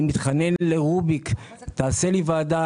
אני מתחנן לרוביק: תעשה לי ועדה.